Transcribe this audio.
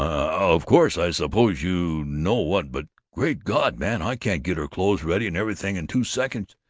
of course, i suppose you know what but great god, man, i can't get her clothes ready and everything in two seconds,